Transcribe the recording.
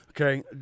okay